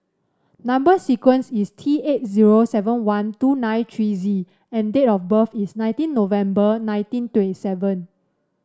number sequence is T eight zero seven one two nine three Z and date of birth is nineteen November nineteen twenty seven